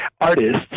artists